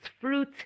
fruit